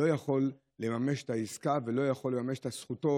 לא יכול לממש את העסקה ולא יכול לממש את זכותו.